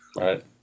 Right